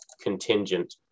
contingent